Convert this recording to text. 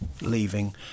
leaving